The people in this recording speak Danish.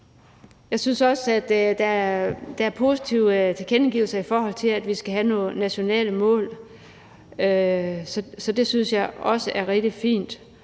Jeg synes også, at der er positive tilkendegivelser, i forhold til at vi skal have nogle nationale mål. Så det synes jeg også er rigtig fint.